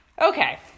Okay